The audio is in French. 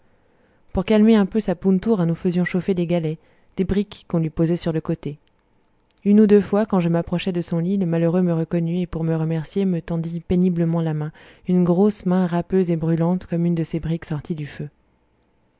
pour calmer un peu sa pountoura nous faisions chauffer des galets des briques qu'on lui posait sur le côté une ou deux fois quand je m'approchai de son lit le malheureux me reconnut et pour me remercier me tendit péniblement la main une grosse main râpeuse et brûlante comme une de ces briques sorties du feu